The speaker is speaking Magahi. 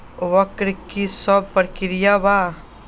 वक्र कि शव प्रकिया वा?